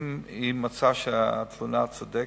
מקופת-חולים אם היא מצאה שתלונה נגדה מוצדקת,